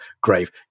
grave